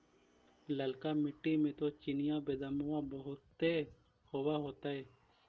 ललका मिट्टी मे तो चिनिआबेदमां बहुते होब होतय?